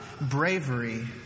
bravery